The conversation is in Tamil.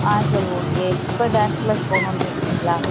ஆ சரி ஓகே இப்போ டான்ஸ் க்ளாஸ் போகனும்னு இருக்கீங்களா